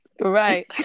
Right